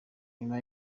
nyuma